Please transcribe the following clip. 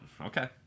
okay